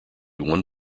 one